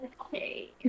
Okay